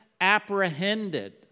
apprehended